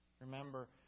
Remember